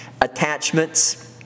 attachments